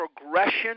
progression